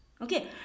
Okay